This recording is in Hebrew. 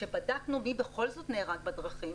כשבדקנו מי בכל זאת נהרג בדרכים,